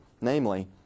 namely